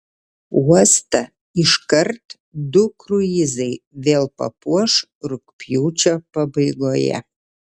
uostą iškart du kruizai vėl papuoš rugpjūčio pabaigoje